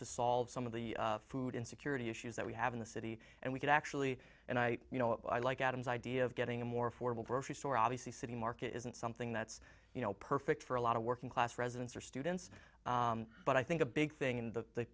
to solve some of the food insecurity issues that we have in the city and we could actually and i you know i like adam's idea of getting a more affordable grocery store obviously city market isn't something that's you know perfect for a lot of working class residents or students but i think a big thing in the